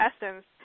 essence